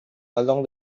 along